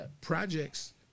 projects